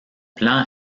plan